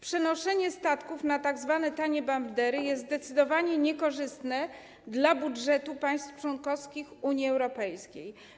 Przenoszenie statków pod tzw. tanie bandery jest zdecydowanie niekorzystne dla budżetu państw członkowskich Unii Europejskiej.